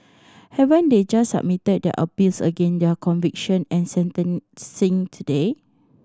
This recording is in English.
haven't they just submitted their appeals against their conviction and sentencing today